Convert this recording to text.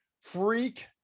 freak